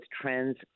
trends